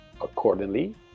Accordingly